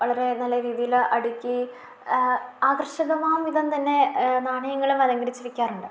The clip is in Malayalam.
വളരെ നല്ല രീതിയിൽ അടുക്കി ആകർഷകമാം വിധം തന്നെ നാണയങ്ങളും അലങ്കരിച്ച് വെക്കാറുണ്ട്